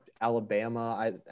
Alabama